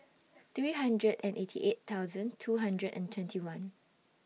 three hundred and eighty eight two hundred and twenty one